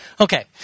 Okay